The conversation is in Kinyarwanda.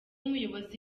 umuyobozi